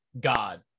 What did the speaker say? God